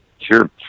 Sure